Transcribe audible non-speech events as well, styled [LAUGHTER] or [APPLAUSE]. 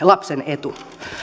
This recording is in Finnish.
[UNINTELLIGIBLE] lapsen etu